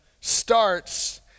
starts